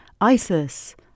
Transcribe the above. ISIS